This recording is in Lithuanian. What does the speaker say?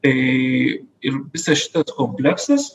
tai ir visas šitas kompleksas